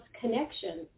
connection